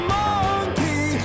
monkey